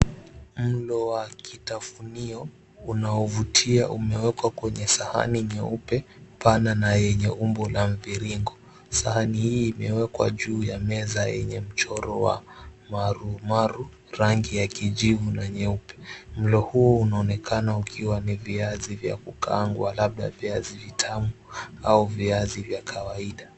Mlo wa kitafunio unaovutia umewekwa kwenye sahani nyeupe pana na yenye umbo la mviringo, sahani hii imewekwa juu ya meza yenye mchoro wa maru maru rangi ya kijivu na nyeupe, mlo huu unaonekana kuwa ni viazi vyakukaangwa labda viazi tamu au viazi vyakawaida.